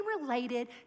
related